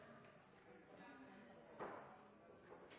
før